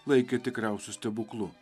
laikė tikriausiu stebuklu